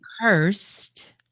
cursed